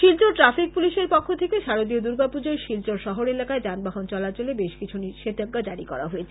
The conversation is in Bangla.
শিলচর ট্রাফিক পুলিশের পক্ষ থেকে শারদীয় দূর্গাপূজায় শিলচর শহর এলাকায় যান বাহন চলাচলে বেশ কিছু বিধি নিষেধ জারী করা হয়েছে